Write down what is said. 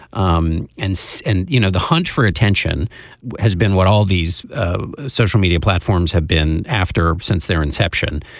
um and so and you know the hunt for attention has been what all these social media platforms have been after since their inception.